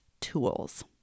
tools